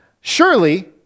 Surely